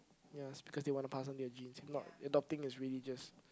ya it's because they want to pass on their genes if not adopting is really just